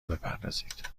بپردازید